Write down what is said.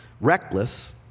reckless